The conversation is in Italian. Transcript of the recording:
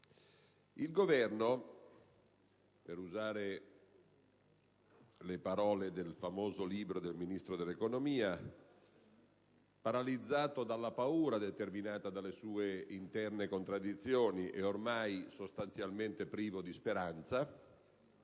il Governo, per usare le parole del famoso libro del Ministro dell'economia («La paura e la speranza»), paralizzato dalla paura determinata dalle sue interne contraddizioni ed ormai sostanzialmente privo di speranza,